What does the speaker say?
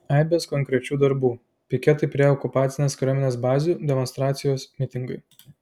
aibės konkrečių darbų piketai prie okupacinės kariuomenės bazių demonstracijos mitingai